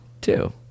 Two